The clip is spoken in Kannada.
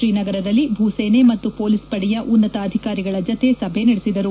ಶ್ರೀನಗರದಲ್ಲಿ ಭೂಸೇನೆ ಮತ್ತು ಪೊಲೀಸ್ ಪಡೆಯ ಉನ್ನತ ಅಧಿಕಾರಿಗಳ ಜತೆ ಸಭೆ ನಡೆಸಿದರು